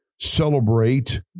celebrate